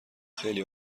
خیلی